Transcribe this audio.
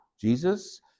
Jesus